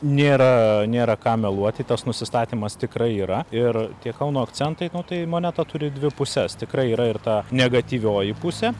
nėra nėra ką meluoti tas nusistatymas tikrai yra ir tie kauno akcentai no tai moneta turi dvi puses tikrai yra ir ta negatyvioji pusė